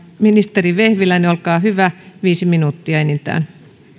ministeri vehviläinen olkaa hyvä viisi minuuttia enintään